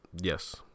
Yes